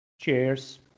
cheers